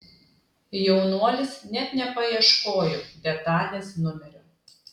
jaunuolis net nepaieškojo detalės numerio